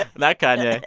and not kanye.